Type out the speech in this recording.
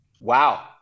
Wow